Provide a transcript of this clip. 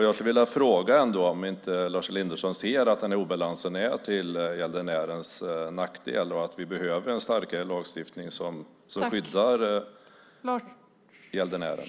Jag undrar om Lars Elinderson inte ser att denna obalans är till gäldenärens nackdel och att vi behöver en starkare lagstiftning som skyddar gäldenären.